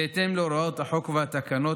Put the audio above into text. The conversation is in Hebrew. בהתאם להוראות החוק והתקנות,